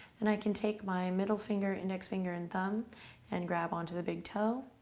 then i can take my middle finger index finger and thumb and grab onto the big toe,